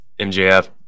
MJF